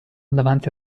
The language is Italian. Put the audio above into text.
davanti